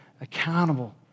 accountable